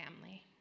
family